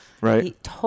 right